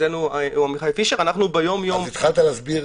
התחלת להסביר